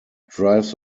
drives